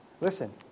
Listen